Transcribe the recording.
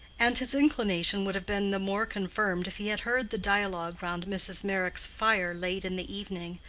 and his inclination would have been the more confirmed if he had heard the dialogue round mrs. meyrick's fire late in the evening,